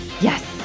Yes